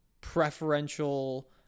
preferential